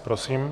Prosím.